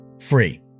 free